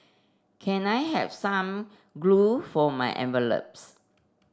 can I have some glue for my envelopes